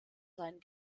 seinen